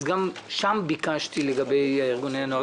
גם שם ביקשתי לגבי ארגוני הנוער.